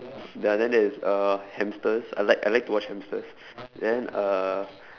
ya then there's uh hamsters I I like to watch hamsters then uh